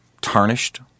tarnished